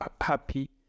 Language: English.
happy